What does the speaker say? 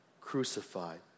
crucified